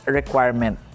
requirement